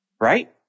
right